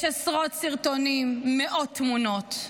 יש עשרות סרטונים, מאות תמונות,